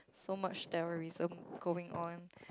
so much terrorism going on